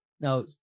Now